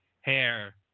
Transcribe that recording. hair